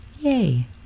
Yay